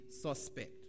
suspect